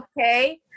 okay